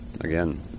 again